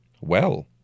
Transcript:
Well